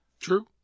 True